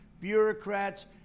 bureaucrats